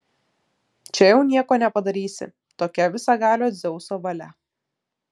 čia jau nieko nepadarysi tokia visagalio dzeuso valia